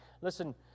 listen